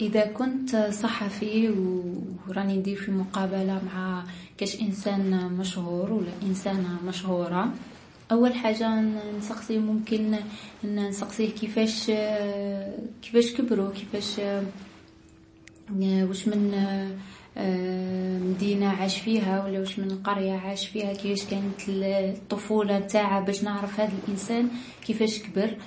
إذا كنت صحفي و راني ندير في مقابلة مع كاش انسان مشهور و لا انسانة مشهورة، أول حاجة نسقسي، ممكن نسقسيهم كيفاش كبرو، واش من مدينة عاشو فيها و لا واش من قرية عاشو فيها. كيفاش كانت الـ الطفولة نتاعهم باش نعرف هاد الانسان كيفاش كبر.